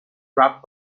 wrapped